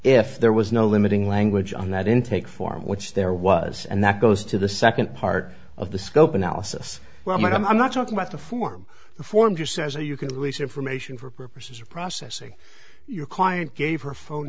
if there was no limiting language on that intake form which there was and that goes to the second part of the scope analysis well i'm not talking about the form the form just says or you can release information for purposes of processing your client gave her phone